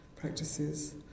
practices